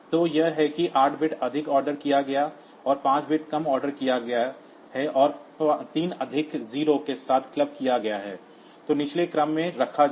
तो यह है कि 8 बिट अधिक ऑर्डर किया गया और 5 बिट कम ऑर्डर किया गया है और 3 अधिक 0 के साथ क्लब किया गया है जो निचले क्रम में रखा जाएगा